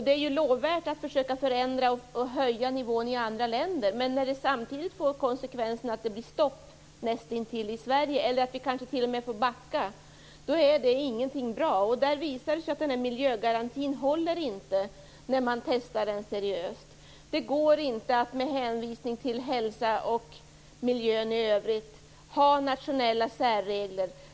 Det är ju lovvärt att försöka förändra och höja nivån i andra länder, men när det samtidigt får konsekvensen att det nästintill blir stopp i Sverige, eller att vi kanske t.o.m. får backa, är det inget som är bra. Det visar sig att miljögarantin inte håller när man testar den seriöst. Det går inte att med hänvisning till hälsa och miljö i övrigt ha nationella särregler.